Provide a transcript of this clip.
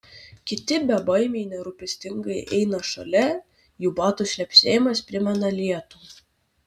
kiti bebaimiai nerūpestingai eina šalia jų batų šlepsėjimas primena lietų